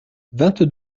vingt